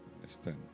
understand